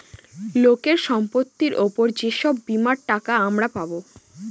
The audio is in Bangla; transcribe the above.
লোকের সম্পত্তির উপর যে সব বীমার টাকা আমরা পাবো